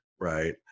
right